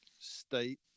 state